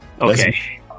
Okay